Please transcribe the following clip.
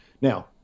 Now